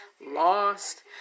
lost